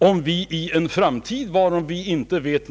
Vi vet ingenting säkert om framtiden.